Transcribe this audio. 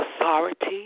authority